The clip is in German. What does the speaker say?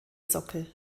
sockel